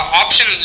option